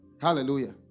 Hallelujah